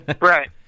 right